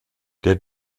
der